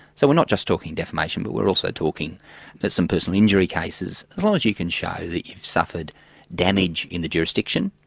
so we're not just talking defamation, but we're also talking but some personal injury cases, as long as you can show that you've suffered damage in the jurisdiction,